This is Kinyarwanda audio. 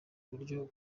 buryo